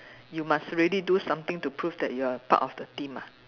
you must really do something to proof that you are part of the team ah